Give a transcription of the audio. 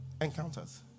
Encounters